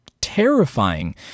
terrifying